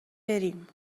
بریم